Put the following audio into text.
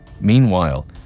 Meanwhile